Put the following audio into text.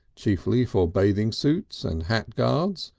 chiefly for bathing suits and hat guards,